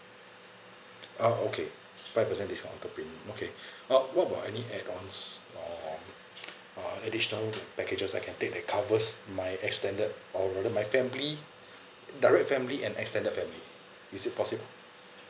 uh okay five percent discount off premium okay uh what about any add ons or additional packages I can take that covers my extended or rather my family direct family and extended family is it possible